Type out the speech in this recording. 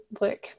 look